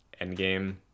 endgame